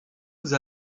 ouzh